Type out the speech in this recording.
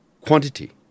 quantity